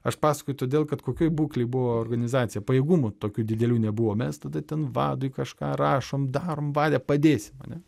aš pasakoju todėl kad kokioj būklėj buvo organizacija pajėgumų tokių didelių nebuvo mes tada ten vadui kažką rašom darom vade padėsit ane